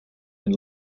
been